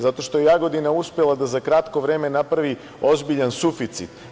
Zato što je Jagodina uspela da za kratko vreme napravi ozbiljan suficit.